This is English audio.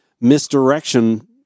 misdirection